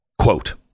quote